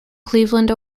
cleveland